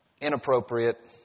inappropriate